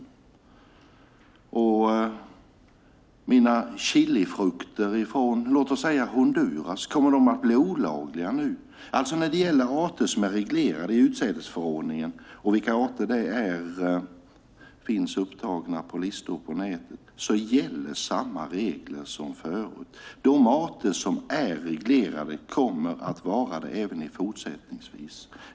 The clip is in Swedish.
Kommer mina chilifrukter från Honduras att bli olagliga nu? När det gäller arter som är reglerade i utsädesförordningen - vilka arter det är finns upptagna på listor på nätet - gäller samma regler som förut. De arter som är reglerade kommer att vara det även fortsättningsvis.